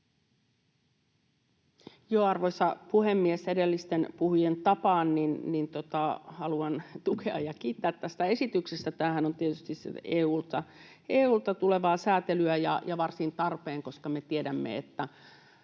Arvoisa puhemies! Edellisten puhujien tapaan haluan tukea ja kiittää tästä esityksestä. Tämähän on tietysti EU:lta tulevaa sääntelyä ja varsin tarpeen, koska me tiedämme, että